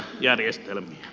arvoisa puhemies